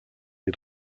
des